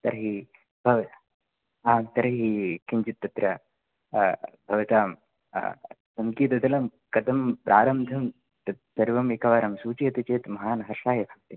तर्हि भव तर्हि किञ्चित् तत्र भवतां सङ्गीतदलं कथं प्रारब्धं सर्वम् एकवारं सूचयति चेत् महान् हर्षाय